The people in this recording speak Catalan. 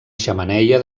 xemeneia